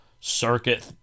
circuit